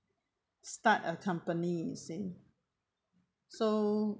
start a company you see so